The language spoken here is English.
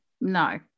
No